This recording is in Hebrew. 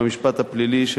במשפט הפלילי,